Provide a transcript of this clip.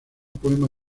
poema